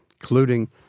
including